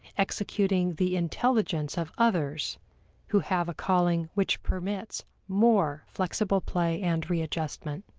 executing the intelligence of others who have a calling which permits more flexible play and readjustment.